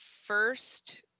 first